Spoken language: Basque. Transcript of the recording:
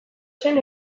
zen